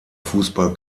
fußball